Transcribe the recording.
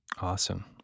Awesome